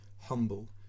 humble